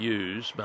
use